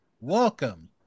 Welcome